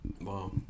Wow